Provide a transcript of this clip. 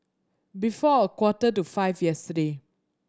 before a quarter to five yesterday